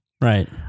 right